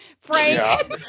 Frank